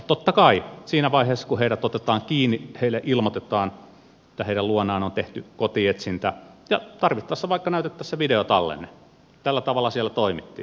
totta kai siinä vaiheessa kun heidät otetaan kiinni heille ilmoitetaan että heidän luonaan on tehty kotietsintä ja tarvittaessa vaikka näytettäisiin se videotallenne tällä tavalla siellä toimittiin